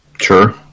Sure